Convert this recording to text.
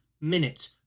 minutes